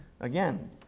again